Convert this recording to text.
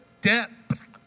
depth